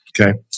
Okay